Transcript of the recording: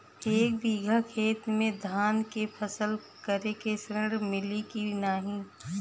एक बिघा खेत मे धान के फसल करे के ऋण मिली की नाही?